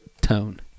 tone